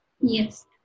Yes